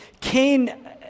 Cain